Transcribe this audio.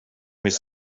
his